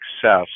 success